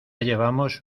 llevamos